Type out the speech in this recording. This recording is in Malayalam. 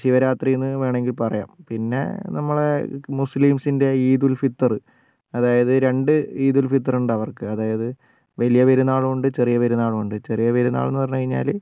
ശിവരാത്രിന്നു വേണമെങ്കിൽ പറയാം പിന്നെ നമ്മളെ മുസ്ലിംസിൻ്റെ ഈദുൽ ഫിത്തർ അതായത് രണ്ട് ഈദുൽ ഫിത്തറുണ്ടവർക്ക് അതായത് വലിയ പെരുന്നാളുമുണ്ട് ചെറിയ പെരുന്നാളുമുണ്ട് ചെറിയ പെരുന്നാളെന്ന് പറഞ്ഞു കഴിഞ്ഞാല്